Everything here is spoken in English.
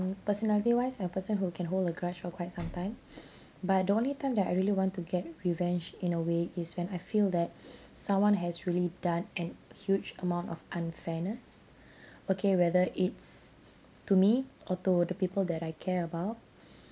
personally wise I'm a person who can hold a grudge for quite some time but the only time that I really want to get revenge in a way is when I feel that someone has really done an huge amount of unfairness okay whether it's to me or to the people that I care about